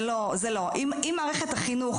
אם מערכת החינוך,